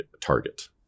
target